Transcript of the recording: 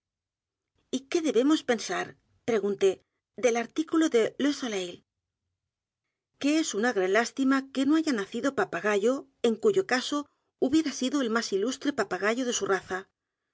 y qué debemos pensar pregunté del artículo de le soleil que es una gran lástima que no haya nacido p a pagayo en cuyo caso hubiera sido el más ilustre papagayo de su raza